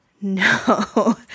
No